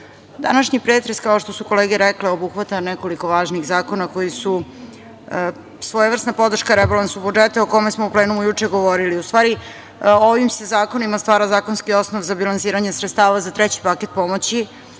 današnji pretres, kao što su kolege rekle, obuhvata nekoliko važnih zakona koji su svojevrsna podrška rebalansu budžeta o kome smo u plenumu juče govorili. U stvari, ovim se zakonima stvara zakonski osnov za bilansiranje sredstava za treći paket pomoći,